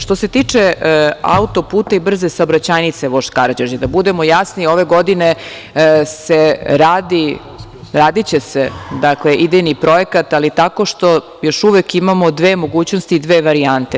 Što se tiče auto-puta i brze saobraćajnice „vožd Karađorđe“, da budemo jasni, ove godine će se raditi idejni projekat, ali tako što još uvek imamo dve mogućnosti i dve varijante.